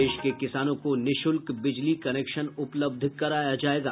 प्रदेश के किसानों को निःशुल्क बिजली कनेक्शन उपलब्ध कराया जायेगा